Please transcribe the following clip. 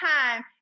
time